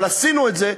אבל עשינו את זה,